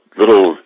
little